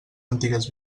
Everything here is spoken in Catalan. antigues